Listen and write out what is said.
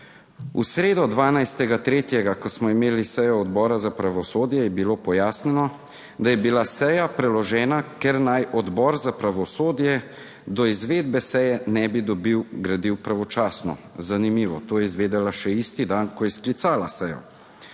V sredo, 12. 3., ko smo imeli sejo Odbora za pravosodje, je bilo pojasnjeno, da je bila seja preložena, ker naj Odbor za pravosodje do izvedbe seje ne bi dobil gradiv pravočasno. Zanimivo, to je izvedela še isti dan, ko je sklicala sejo.